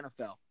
NFL